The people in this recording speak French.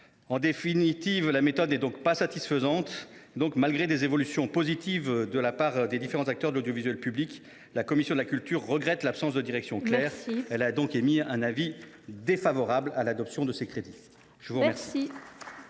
En définitive, la méthode n’est donc pas satisfaisante. En dépit des évolutions positives des différents acteurs de l’audiovisuel public, la commission de la culture déplore une absence de direction claire. Elle a donc émis un avis défavorable à l’adoption de ces crédits. Mes chers